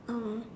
um